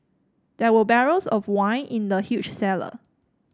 there were barrels of wine in the huge cellar